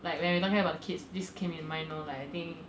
like when we were talking about the kids this came in mind lor like I think